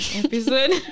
episode